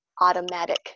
automatic